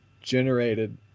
generated